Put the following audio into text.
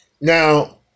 Now